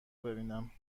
ببینم